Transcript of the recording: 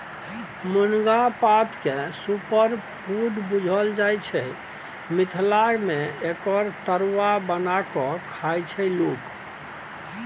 मुनगा पातकेँ सुपरफुड बुझल जाइ छै मिथिला मे एकर तरुआ बना कए खाइ छै लोक